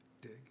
Dig